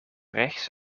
rechts